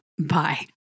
Bye